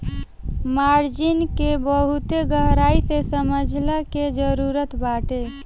margin के बहुते गहराई से समझला के जरुरत बाटे